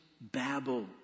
babble